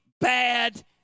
bad